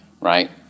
Right